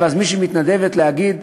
ואז מישהי מתנדבת לומר: